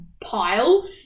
pile